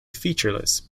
featureless